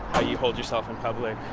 how you hold yourself in public,